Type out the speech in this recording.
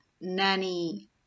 Nanny